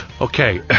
Okay